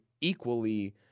equally